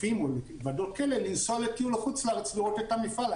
לגופים או לוועדות כאלה לנסוע לטיול לחוץ לארץ לראות את המפעל,